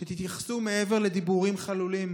כדי שתתייחסו מעבר לדיבורים חלולים?